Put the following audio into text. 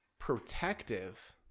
protective